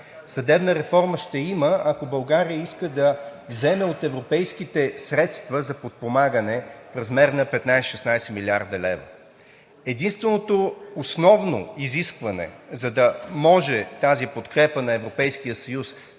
Съдебна реформа ще има, ако България иска да вземе от европейските средства за подпомагане в размер на 15 – 16 млрд. лв. Единственото основно изискване, за да може тази подкрепа на Европейския съюз